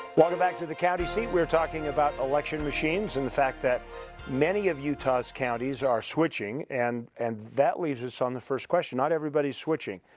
welcome back to the county seat we are talking about election machines and the fact that many of utah's counties are switching and and that leaves us with um the first question. not everybody is switching.